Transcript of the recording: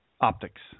Optics